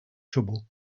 trouble